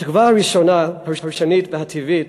התגובה הראשונית והטבעית